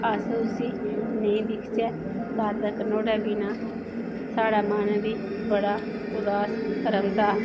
अस उसी नेईं दिक्खचे तद तक नुआढ़ा बिना साढ़ा मन बी बड़ा उदास रौंहदा